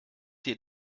dir